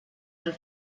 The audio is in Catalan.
del